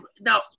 now